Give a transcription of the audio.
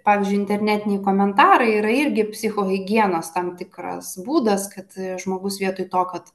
pavyzdžiui internetiniai komentarai yra irgi psichohigienos tam tikras būdas kad žmogus vietoj to kad